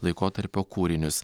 laikotarpio kūrinius